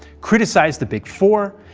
criticized the big four,